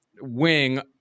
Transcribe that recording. wing